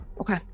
Okay